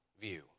view